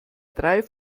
drei